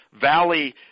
valley